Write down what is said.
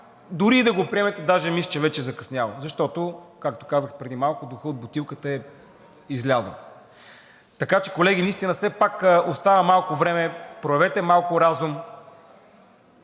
Дори и да го приемете, даже мисля, че вече е закъсняло, защото, както казах преди малко, духът от бутилката е излязъл. Така че, колеги, наистина все пак остава малко време, проявете малко разум